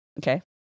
Okay